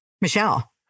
Michelle